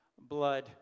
blood